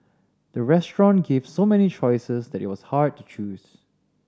the restaurant gave so many choices that it was hard to choose